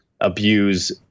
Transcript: abuse